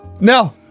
No